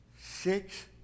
six